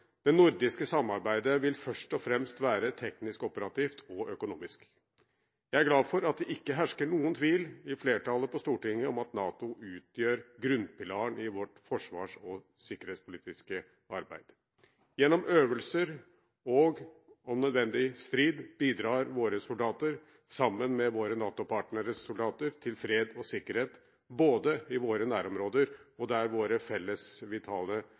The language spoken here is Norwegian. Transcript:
Det nordiske samarbeidet vil først og fremst være teknisk operativt og økonomisk. Jeg er glad for at det ikke hersker noen tvil i flertallet på Stortinget om at NATO utgjør grunnpilaren i vårt forsvars- og sikkerhetspolitiske arbeid. Gjennom øvelser og – om nødvendig – strid bidrar våre soldater sammen med våre NATO-partneres soldater til fred og sikkerhet, både i våre nærområder og der våre